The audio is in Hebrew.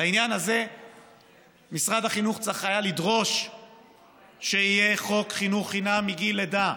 בעניין הזה משרד החינוך צריך היה לדרוש שיהיה חוק חינוך חינם מגיל לידה.